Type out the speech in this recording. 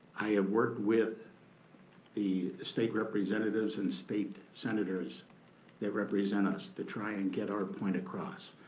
i have worked with the state representatives and state senators that represent us to try and get our point across.